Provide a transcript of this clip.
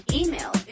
email